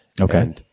Okay